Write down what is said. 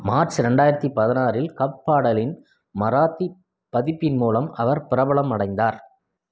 March ரெண்டாயிரத்தி பதினாறில் கப் பாடலின் மராத்தி பதிப்பின் மூலம் அவர் பிரபலமடைந்தார்